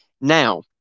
Now